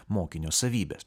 mokinio savybes